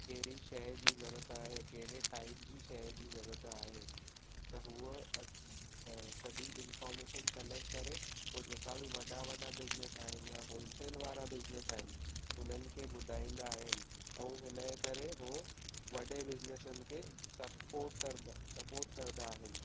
कहिड़ी शइ जी ज़रूरत आहे कहिड़े टाइप जी शइ जी ज़रूरत आहे त हुअ सॼी इंफॉर्मेशन कलैक्ट करे पोइ जेका बि वॾा वॾा बिजनेस आहिनि या होलसेल वारा बिजनेस आहिनि उन्हनि खे ॿुधाईंदा आहिनि ऐं हिन जे करे हो वॾे बिज़नेसनि खे स्पोर्ट करद स्पोर्ट कंदा आहिनि